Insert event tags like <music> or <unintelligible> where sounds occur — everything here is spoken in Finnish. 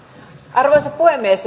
arvoisa puhemies <unintelligible>